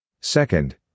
Second